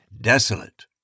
desolate